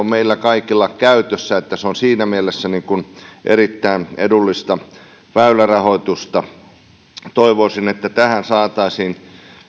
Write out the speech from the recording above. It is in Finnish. meillä kaikilla käytössä niin että se on siinä mielessä erittäin edullista väylärahoitusta toivoisin että tähän saataisiin